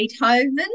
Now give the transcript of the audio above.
Beethoven